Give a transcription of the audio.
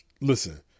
listen